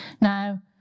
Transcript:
Now